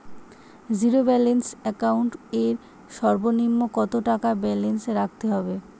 Zero balance account এর সর্বনিম্ন কত টাকা ব্যালেন্স রাখতে হবে?